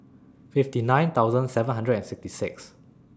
fifty nine thousand seven hundred and sixty six